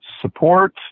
support